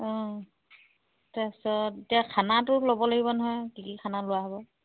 অঁ তাৰপিছত এতিয়া খানাটো ল'ব লাগিব নহয় কি কি খানা লোৱা হ'ব